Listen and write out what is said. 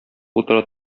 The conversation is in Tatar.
утыра